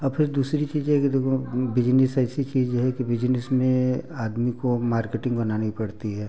अब फिर दूसरी चीज़ है कि देखो बिजनेस ऐसी चीज़ है कि बिजनेस में आदमी को मार्केटिंग बनानी पड़ती है